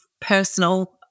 personal